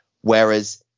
Whereas